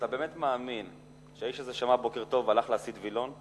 אתה באמת מאמין שהאיש הזה שמע בוקר טוב והלך להסיט וילון?